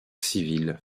civile